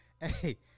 hey